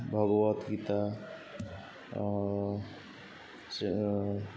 ଭାଗବତ୍ ଗୀତା ଆଉ ସେ